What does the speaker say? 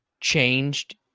changed